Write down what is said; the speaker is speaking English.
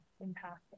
impact